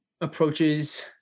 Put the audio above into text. approaches